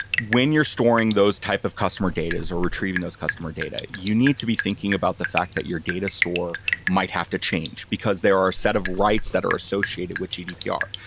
when you're storing those type of customer datas or retrieving those customer data, you need to be thinking about the fact that your data store might have to change, because there are a set of rights that are associated with gdpr.